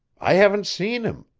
i haven't seen him.